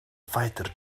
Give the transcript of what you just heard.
fighter